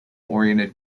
oriented